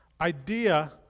idea